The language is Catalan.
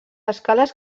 escales